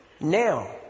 Now